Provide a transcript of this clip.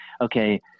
okay